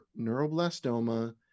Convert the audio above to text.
neuroblastoma